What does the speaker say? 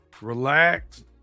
Relax